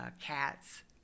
cats